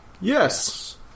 Yes